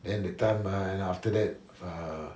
then that time ah and after that uh